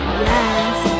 yes